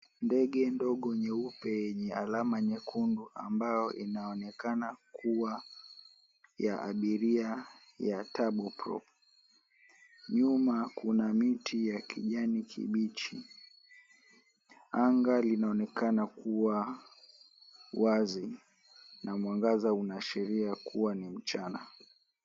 Ndege ndogo nyeupe yenye alama nyekundu ambayo inaonekana kuwa ya abiria ya Turboprop . Nyuma kuna miti ya kijani kibichi. Anga linaonekana kuwa wazi na mwangaza unaashiria kuwa ni mchana.